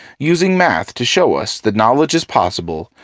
using math to show us that knowledge is possible,